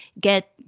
get